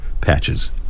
patches